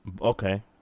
Okay